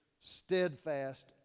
steadfast